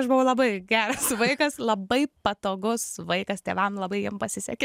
aš buvau labai geras vaikas labai patogus vaikas tėvam labai jiem pasisekė